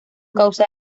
causa